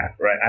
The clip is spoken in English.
Right